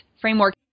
framework